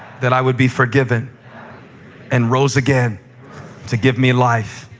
that i would be forgiven and rose again to give me life.